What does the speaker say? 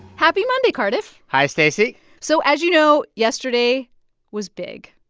happy monday, cardiff hi, stacey so as you know, yesterday was big.